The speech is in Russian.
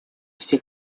все